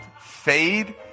fade